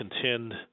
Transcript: contend